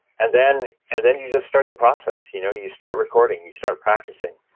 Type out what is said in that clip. and then and then you just start the process. you know you start recording. you start practicing.